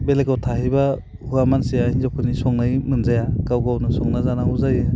बेलेगाव थाहैब्ला हौवा मानसिया हिनजावफोरनि संनाय मोनजाया गाव गावनो संना जानांगौ जायो